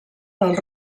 del